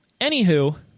Anywho